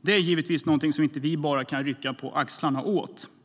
Det är givetvis inte något som vi bara kan rycka på axlarna åt.